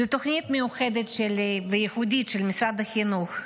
זו תוכנית מיוחדת וייחודית של משרד החינוך,